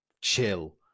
chill